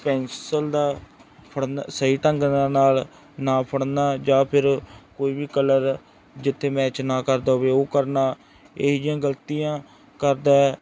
pencil ਦਾ ਫੜਨਾ ਸਹੀ ਢੰਗ ਨਾਲ ਨਾ ਫੜਨਾ ਜਾਂ ਫਿਰ ਕੋਈ ਵੀ ਕਲਰ ਜਿੱਥੇ ਮੈਚ ਨਾ ਕਰਦਾ ਹੋਵੇ ਉਹ ਕਰਨਾ ਇਹੋ ਜਿਹੀਆ ਗਲਤੀਆਂ ਕਰਦਾ ਹੈ